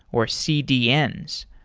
or cdns.